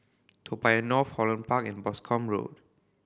Toa Payoh North Holland Park and Boscombe Road